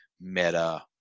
meta